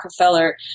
Rockefeller